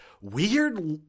weird